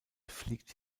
fliegt